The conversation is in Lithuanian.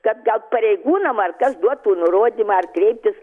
kad gal pareigūnam ar kas duotų nurodymą ar kreiptis